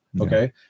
okay